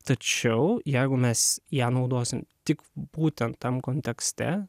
tačiau jeigu mes ją naudosim tik būtent tam kontekste